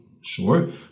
sure